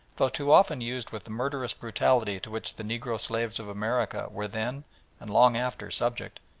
though too often used with the murderous brutality to which the negro slaves of america were then and long after subject,